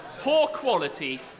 poor-quality